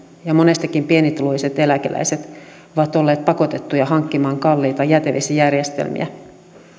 ja monestikin pienituloiset eläkeläiset ovat olleet pakotettuja hankkimaan kalliita jätevesijärjestelmiä